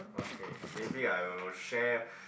okay maybe I will share